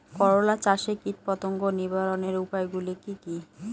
করলা চাষে কীটপতঙ্গ নিবারণের উপায়গুলি কি কী?